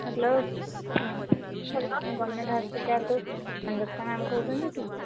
hello government ହସ୍ପିଟାଲରୁ Sanjukta ma'am କହୁଛନ୍ତି କି